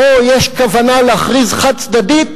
פה יש כוונה להכריז חד-צדדית,